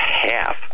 half